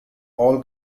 all